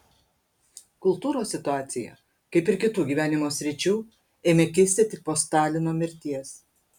kultūros situacija kaip ir kitų gyvenimo sričių ėmė kisti tik po stalino mirties